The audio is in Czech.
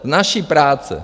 Z naší práce!